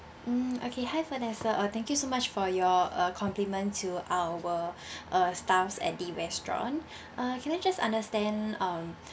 um okay hi vanessa uh thank you so much for your uh compliment to our uh staffs at the restaurant uh can I just understand um